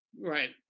Right